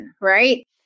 right